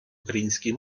українській